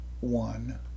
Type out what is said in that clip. one